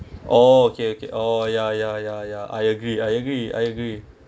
oh okay okay oh ya ya ya ya I agree I agree I agree